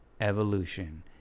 evolution